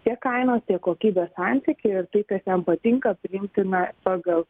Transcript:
tiek kainos tiek kokybės santykį ir tai kas jam patinka priimtina pagal